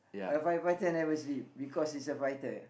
a firefighter never sleep because he's a fighter